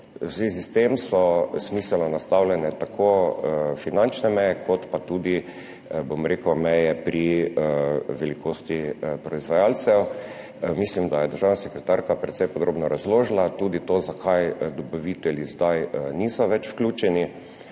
s tem so smiselno nastavljene tako finančne meje kot pa tudi meje pri velikosti proizvajalcev. Mislim, da je državna sekretarka precej podrobno razložila tudi to, zakaj dobavitelji zdaj niso več vključeni,